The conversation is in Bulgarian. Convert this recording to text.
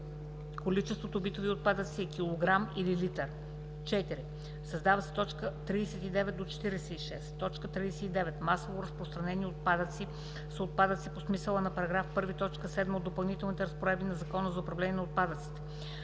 количество битови отпадъци е килограм или литър.“ 4. Създават се т. 39 – 46: „39. „Масово разпространени отпадъци“ са отпадъци по смисъла на § 1, т. 7 от Допълнителните разпоредби на Закона за управление на отпадъците.